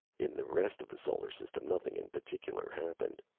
in the rest of the solar system nothing in particular happened.